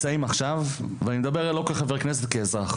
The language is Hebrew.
אני עכשיו מדבר לא כחבר כנסת אלא כאזרח.